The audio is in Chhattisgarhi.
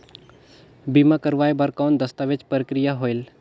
बीमा करवाय बार कौन दस्तावेज प्रक्रिया होएल?